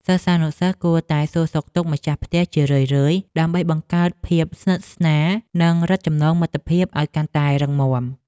សិស្សានុសិស្សគួរតែសួរសុខទុក្ខម្ចាស់ផ្ទះជារឿយៗ ដើម្បីបង្កើតភាពស្និទ្ធស្នាលនិងរឹតចំណងមិត្តភាពឱ្យកាន់តែរឹងមាំ។